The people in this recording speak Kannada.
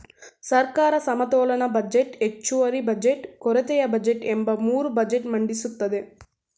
ಸರ್ಕಾರ ಸಮತೋಲನ ಬಜೆಟ್, ಹೆಚ್ಚುವರಿ ಬಜೆಟ್, ಕೊರತೆಯ ಬಜೆಟ್ ಎಂಬ ಮೂರು ಬಜೆಟ್ ಮಂಡಿಸುತ್ತದೆ